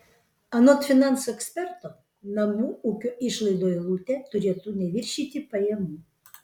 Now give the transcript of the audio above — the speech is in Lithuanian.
anot finansų eksperto namų ūkio išlaidų eilutė turėtų neviršyti pajamų